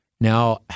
Now